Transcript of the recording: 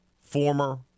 Former